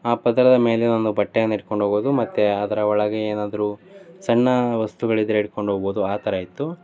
ಆ ಪದರದ ಮೇಲೆ ನಮ್ಮ ಬಟ್ಟೆಯನ್ನು ಇಟ್ಕೊಂಡು ಹೋಗ್ಬೋದು ಮತ್ತು ಅದರ ಒಳಗೆ ಏನಾದ್ರೂ ಸಣ್ಣ ವಸ್ತುಗಳಿದ್ದರೆ ಇಟ್ಕೊಂಡು ಹೋಗ್ಬೋದು ಆ ಥರ ಇತ್ತು